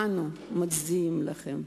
אנו מצדיעים לכם,